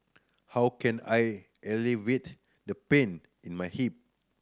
how can I alleviate the pain in my hip